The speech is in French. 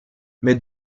mais